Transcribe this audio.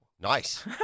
Nice